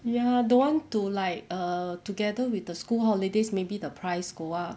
ya don't want to like err together with the school holidays maybe the price go up